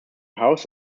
housed